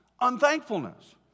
unthankfulness